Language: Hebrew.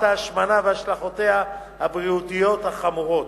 ההשמנה והשלכותיה הבריאותיות החמורות.